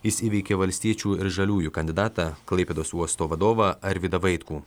jis įveikė valstiečių ir žaliųjų kandidatą klaipėdos uosto vadovą arvydą vaitkų